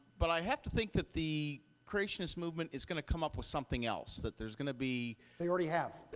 but i have to think that the creationist movement is going to come up with something else. that there's going to be they already have.